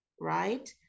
right